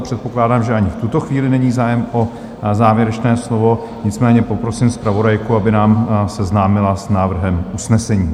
Předpokládám, že ani v tuto chvíli není zájem o závěrečné slovo, nicméně poprosím zpravodajku, aby nás seznámila s návrhem usnesení.